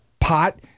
pot